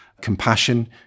compassion